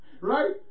right